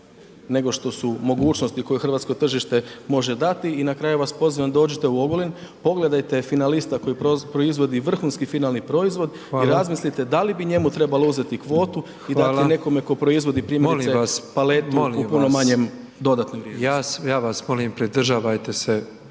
nego što su mogućnosti koje hrvatskog tržište može dati. I na kraju vas pozivam dođite u Ogulin, pogledajte finalista koji proizvodi vrhunski finalni proizvod …/Upadica: Hvala./… i razmislite da li bi njemu trebalo uzeti kvotu i dati nekome to proizvodi primjerice paletu …/Upadica: Molim vas, molim vas./…